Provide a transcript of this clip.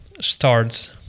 starts